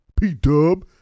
P-Dub